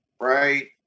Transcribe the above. right